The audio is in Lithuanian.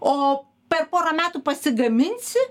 o per porą metų pasigaminsi